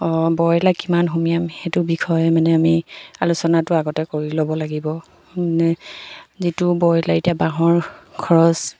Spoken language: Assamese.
ব্ৰইলাৰ কিমান সুমীয়াম সেইটো বিষয়ে মানে আমি আলোচনাটো আগতে কৰি ল'ব লাগিব মানে যিটো ব্ৰইলাৰ এতিয়া বাঁহৰ খৰচ